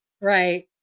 Right